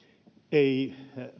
ei